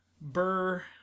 Burr